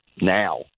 now